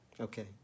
Okay